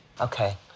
Okay